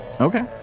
Okay